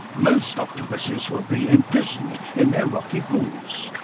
most octopuses would be imprisoned in their rocky pools.